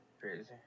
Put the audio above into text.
crazy